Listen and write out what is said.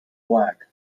black